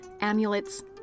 Amulets